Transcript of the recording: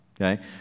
okay